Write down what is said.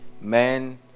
man